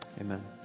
amen